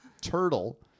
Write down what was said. turtle